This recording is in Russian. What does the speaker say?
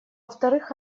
вторых